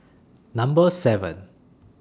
Number seven